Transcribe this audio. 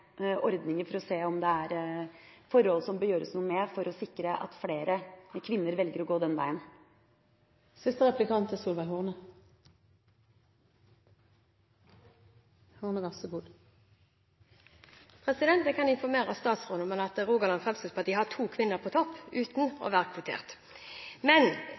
ordninger for å se om det er forhold som det bør gjøres noe med, for å sikre at flere kvinner velger å gå den veien. Jeg kan informere statsråden om at Rogaland Fremskrittsparti har to kvinner på topp – uten at de er kvotert.